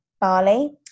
barley